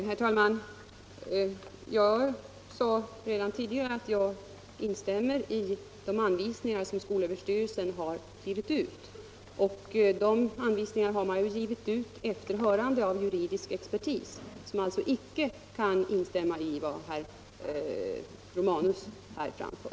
Herr talman! Jag sade redan tidigare att jag instämmer i de anvisningar som skolöverstyrelsen har givit ut. Dessa anvisningar har skolöverstyrelsen lämnat efter hörande av juridisk expertis, som alltså inte kan instämma i de synpunkter som herr Romanus här framför.